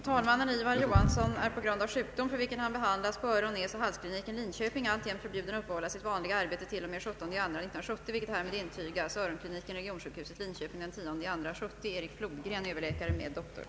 Talmannen Ivar Johansson är på grund av sjukdom, för vilken han behandlas på öron-, näsoch halskliniken, Linköping, alltjämt förbjuden uppehålla sitt vanliga arbete till och med den 17/2 1970, vilket härmed intygas.